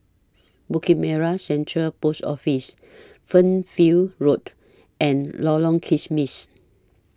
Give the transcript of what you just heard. Bukit Merah Central Post Office Fernhill Road and Lorong Kismis